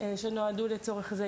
שנועדו לצורך זה.